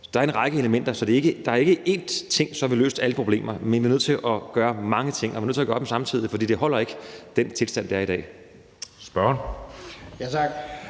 meget inde i det her stof. Så der er ikke én ting, som vil løse alle problemer; vi er nødt til at gøre mange ting, og vi er nødt til at gøre dem samtidig, for det holder ikke med den tilstand, der er i dag. Kl. 20:11